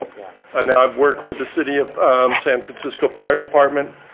ah now, i've worked with the city of san francisco fire department.